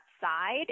side